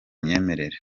myemerere